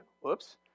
Whoops